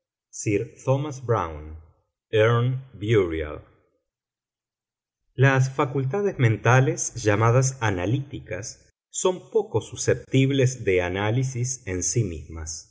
thomas browne urn burial las facultades mentales llamadas analíticas son poco susceptibles de análisis en sí mismas